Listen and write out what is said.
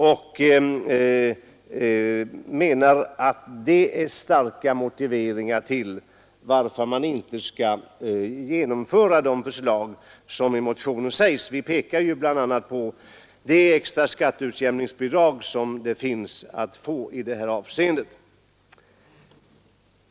Där ges starka motiveringar till att man inte bör genomföra det förslag som framförs i motionen. Utskottet pekar bl a. på det extra skatteutjämningsbidrag som finns att få i det här avseendet.